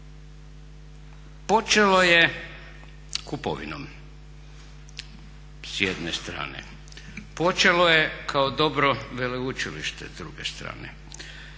Počelo je kupovinom s jedne strane, počelo je kao dobro veleučilište s druge strane.